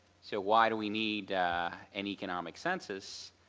so why do we need an economic census?